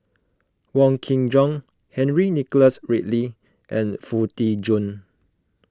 Wong Kin Jong Henry Nicholas Ridley and Foo Tee Jun